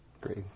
Great